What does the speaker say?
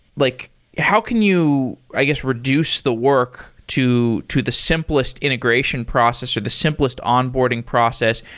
like how can you, i guess, reduce the work to to the simplest integration process or the simplest onboarding process?